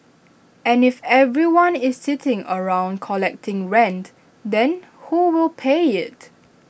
and if everyone is sitting around collecting rent then who will pay IT